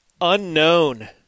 unknown